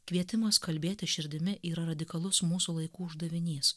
kvietimas kalbėti širdimi yra radikalus mūsų laikų uždavinys